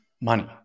money